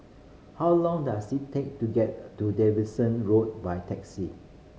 how long does it take to get to Davidson Road by taxi